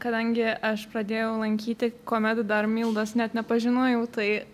kadangi aš pradėjau lankyti kuomet dar mildos net nepažinojau tai